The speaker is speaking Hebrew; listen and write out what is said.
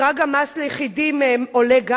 גם מדרג המס ליחידים עולה.